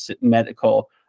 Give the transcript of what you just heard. medical